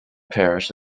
parish